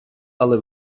але